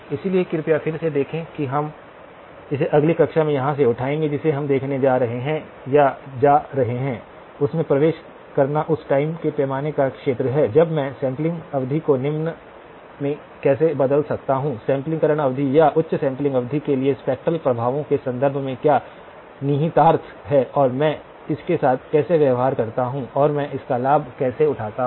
इसलिए कृपया फिर से देखें कि हम इसे अगली कक्षा में यहाँ से उठाएंगे जिसे हम देखने जा रहे हैं या जा रहे हैं उसमें प्रवेश करना उस टाइम के पैमाने का क्षेत्र है जब मैं सैंपलिंग अवधि को निम्न में कैसे बदल सकता हूं सैंपलिंगकरण अवधि या उच्च सैंपलिंग अवधि के लिए स्पेक्ट्रल प्रभावों के संदर्भ में क्या निहितार्थ हैं और मैं इसके साथ कैसे व्यवहार करता हूं और मैं इसका लाभ कैसे उठाता हूं